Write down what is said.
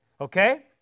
Okay